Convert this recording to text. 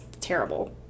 terrible